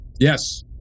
yes